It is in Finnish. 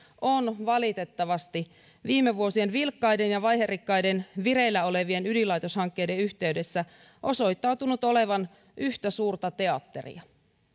on valitettavasti viime vuosien vilkkaiden ja vaiherikkaiden vireillä olevien ydinlaitoshankkeiden yhteydessä osoittautunut olevan yhtä suurta teatteria